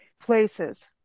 places